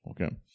Okay